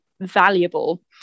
valuable